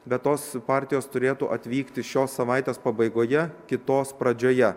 bet tos partijos turėtų atvykti šios savaitės pabaigoje kitos pradžioje